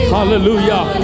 Hallelujah